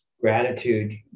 gratitude